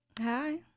Hi